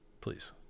please